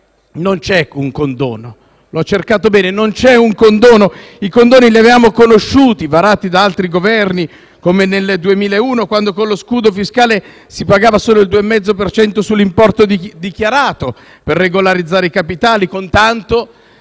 Non c'è un condono, l'ho cercato bene; non c'è un condono. I condoni li avevamo conosciuti, varati da altri Governi, come nel 2001, quando con lo scudo fiscale si pagava solo il 2,5 per cento sull'importo dichiarato per regolarizzare i capitali, con tanto